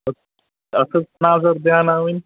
اتھ ٲس نظر دیاناون